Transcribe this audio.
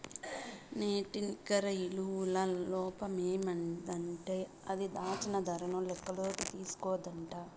నేటి నికర ఇలువల లోపమేందంటే అది, దాచిన దరను లెక్కల్లోకి తీస్కోదట